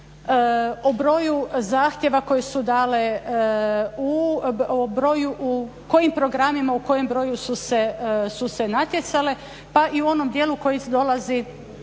o broju zahtjeva koje su dale kojima programima u kojem broju su se natjecale pa i u onom dijelu koje dolazi